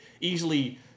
easily